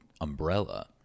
umbrella